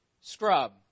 Scrub